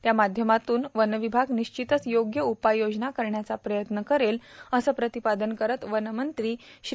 त्या माध्यमातून वनविभाग निश्चीतच योग्य उपाययोजना करण्याचा प्रयत्न करेल अस प्रतिपादन करत वनमंत्री श्री